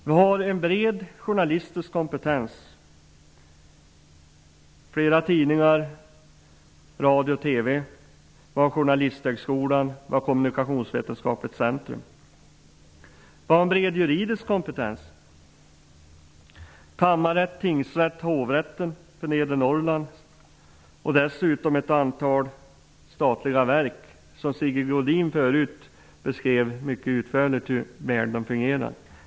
Där finns en bred journalistisk kompetens, flera tidningar, radio och TV, I Sundsvall finns en bred juridisk kompetens, med kammarrätt, tingsrätt och Hovrätten för nedre Norrland. Där finns dessutom ett antal statliga verk, och Sigge Godin beskrev tidigare utförligt hur väl de fungerar.